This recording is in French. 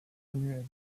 annuel